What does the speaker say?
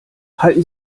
halten